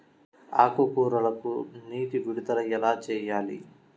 ఆకుకూరలకు నీటి విడుదల ఎలా చేయాలి?